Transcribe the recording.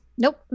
Nope